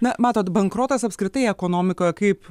na matot bankrotas apskritai ekonomikoje kaip